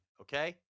okay